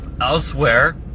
Elsewhere